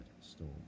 storm